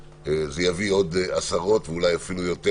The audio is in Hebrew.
יביא עוד עשרות, ואולי אפילו יותר,